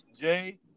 jay